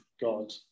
God